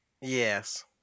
Yes